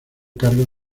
cargo